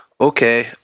Okay